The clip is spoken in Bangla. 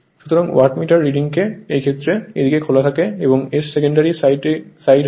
সুতরাং ওয়াটমিটার রিডিংকে এর ক্ষেত্রে এই দিকটি খোলা থাকে যা এর সেকেন্ডারি সাইড হয়